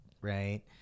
Right